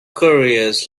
couriers